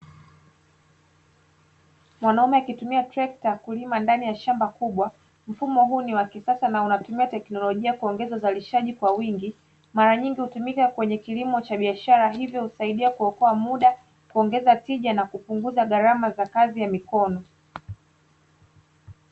Mwanaume akitumia trekta kulima ndani ya shamba kubwa. Mfumo huu ni wa kisasa na unatumia teknolojia kuongeza uzalishaji kwa wingi. Mara nyingi hutumika kwenye kilimo cha bishara, hivyo husaidia kuokoa muda, kuongeza tija na kupunguza gharama za kazi za mikono.